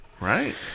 Right